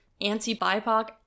anti-BIPOC